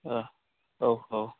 औ औ